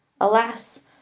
Alas